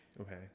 Okay